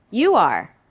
you are.